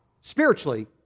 spiritually